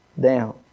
down